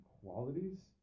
qualities